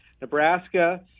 Nebraska